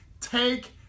Take